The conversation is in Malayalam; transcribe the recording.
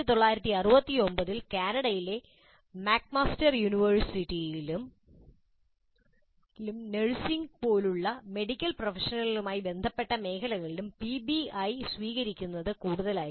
1969 ൽ കാനഡയിലെ മക്മാസ്റ്റർ യൂണിവേഴ്സിറ്റിയിലും നഴ്സിംഗ് പോലുള്ള മെഡിക്കൽ പ്രൊഫഷണലുകളുമായി ബന്ധപ്പെട്ട മേഖലകളിലും പിബിഐ സ്വീകരിക്കുന്നത് കൂടുതലായിരുന്നു